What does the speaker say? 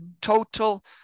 total